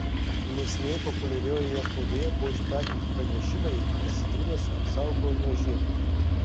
neseniai populiariojoje spaudoje buvo išplatinti pranešimai kad citrinos apsaugo nuo živ